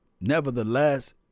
Nevertheless